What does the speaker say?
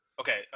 Okay